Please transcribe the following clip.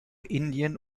indien